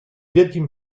wielkim